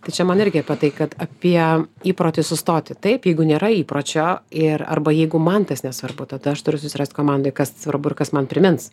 tai čia man irgi apie tai kad apie įprotį sustoti taip jeigu nėra įpročio ir arba jeigu man tas nesvarbu tada aš turiu susirast komandoj kas svarbu ir kas man primins